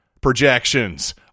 projections